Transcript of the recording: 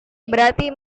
berarti